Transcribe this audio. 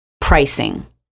pricing